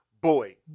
boy